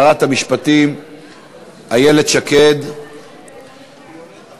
(פטור ממס על כספים שיועדו להפקדה בקופת גמל מרכזית